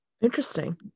Interesting